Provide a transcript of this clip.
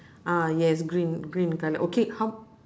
ah yes green green colour okay how